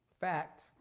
fact